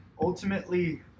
Ultimately